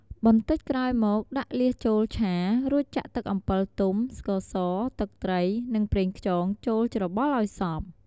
បន្តិចក្រោយមកដាក់លៀសចូលឆា រួចចាក់ទឹកអំពិលទុំ ស្ករស ទឹកត្រី និងប្រេងខ្យងចូលច្របល់ឱ្យសព្វ។